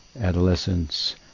adolescence